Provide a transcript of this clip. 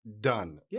done